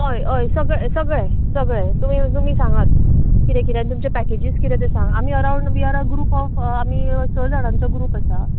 हय हय सगले सगले सगले तुमी तुमी सांगात कितें कितें आनी तुमचे पॅकेजीस कितें ते सांगा आमी अरावंड व्ही आर अरावंड ग्रूप ऑफ आमी स जाणांचो ग्रूप आसा